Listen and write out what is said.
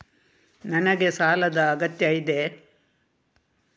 ನನಗೆ ಸಾಲದ ಅಗತ್ಯ ಇದೆ?